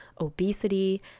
obesity